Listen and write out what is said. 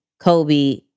Kobe